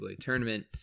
tournament